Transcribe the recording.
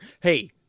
Hey